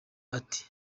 ati